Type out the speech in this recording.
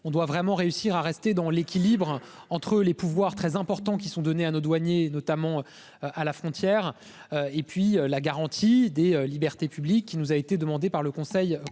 on doit vraiment réussir à rester dans l'équilibre entre les pouvoirs très importants qui sont donnés à nos douaniers notamment. À la frontière. Et puis la garantie des libertés publiques qui nous a été demandé par le Conseil